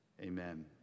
Amen